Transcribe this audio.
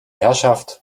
herrschaft